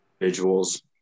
individuals